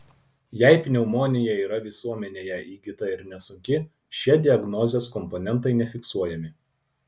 jei pneumonija yra visuomenėje įgyta ir nesunki šie diagnozės komponentai nefiksuojami